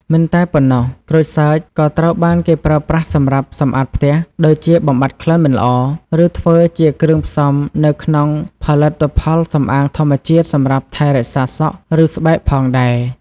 មិនតែប៉ុណ្ណោះ ក្រូចសើចក៏ត្រូវបានគេប្រើប្រាស់សម្រាប់ សម្អាតផ្ទះ ដូចជាបំបាត់ក្លិនមិនល្អ ឬធ្វើជាគ្រឿងផ្សំនៅក្នុងផលិតផលសំអាងធម្មជាតិសម្រាប់ថែរក្សាសក់ ឬស្បែកផងដែរ